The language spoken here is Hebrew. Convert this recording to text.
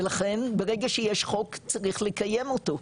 ולכן ברגע שיש חוק צריך לקיים אותו.